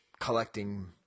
collecting